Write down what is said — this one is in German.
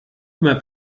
immer